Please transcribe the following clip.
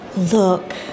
Look